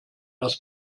das